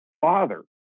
father